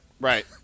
right